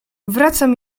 wracam